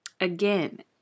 Again